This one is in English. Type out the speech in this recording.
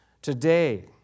Today